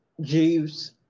Jeeves